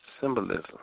symbolism